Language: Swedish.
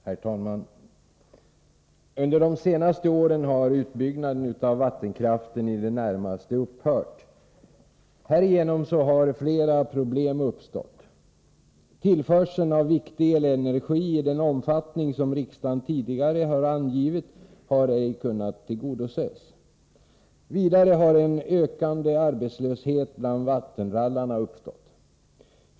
Herr talman! Under de senaste åren har utbyggnaden av vattenkraften i det närmaste upphört. Härigenom har flera problem uppstått. Tillförseln av viktig elenergi i den omfattning som riksdagen tidigare har angivit har ej kunnat tillgodoses. Vidare har en ökande arbetslöshet bland vattenrallarna uppstått.